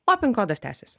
o pin kodas tęsis